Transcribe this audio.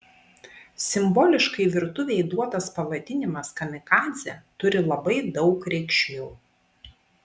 simboliškai virtuvei duotas pavadinimas kamikadzė turi labai daug reikšmių